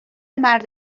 مرد